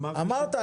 אמרת,